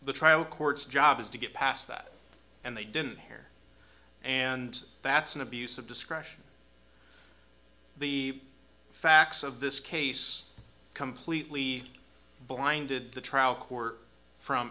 the trial court's job is to get past that and they didn't hear and that's an abuse of discretion the facts of this case completely blinded the trial court from